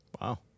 Wow